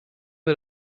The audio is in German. wir